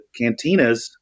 cantinas